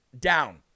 down